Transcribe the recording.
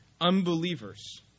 unbelievers